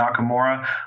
Nakamura